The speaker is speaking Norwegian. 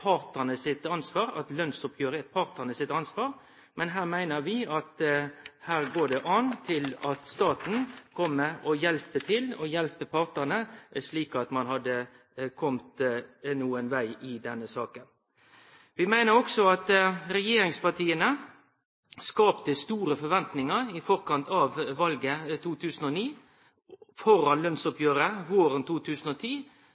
partane sitt ansvar, men her meiner vi at det går an at staten kjem og hjelper partane slik at ein kjem nokon veg i denne saka. Vi meiner også at regjeringspartia skapte store forventingar i forkant av valet i 2009,